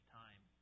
time